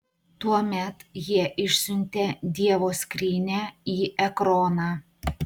tuomet jie išsiuntė dievo skrynią į ekroną